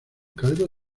caldo